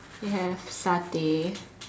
it has Satay